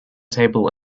table